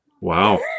Wow